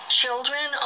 children